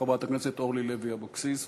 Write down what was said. חברת הכנסת אורלי לוי אבקסיס,